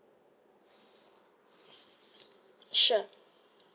sure